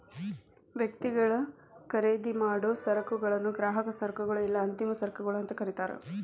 ವ್ಯಕ್ತಿಗಳು ಖರೇದಿಮಾಡೊ ಸರಕುಗಳನ್ನ ಗ್ರಾಹಕ ಸರಕುಗಳು ಇಲ್ಲಾ ಅಂತಿಮ ಸರಕುಗಳು ಅಂತ ಕರಿತಾರ